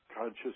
conscious